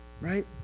right